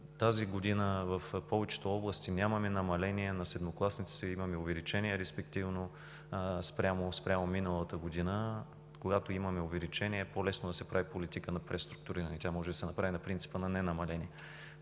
Тази година в повечето области нямаме намаление на седмокласниците, имаме увеличение спрямо миналата година. Когато имаме увеличение, по-лесно е да се прави политика на преструктуриране. Тя може да се направи на принципа на ненамаление.